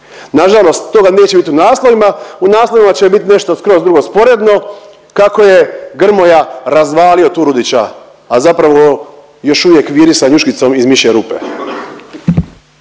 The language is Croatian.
Nažalost toga neće bit u naslovima, u naslovima će bit nešto skroz drugo sporedno kako je Grmoja razvalio Turudića, a zapravo još uvijek viri sa njuškicom iz mišje rupe.